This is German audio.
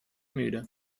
müde